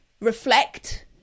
reflect